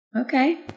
okay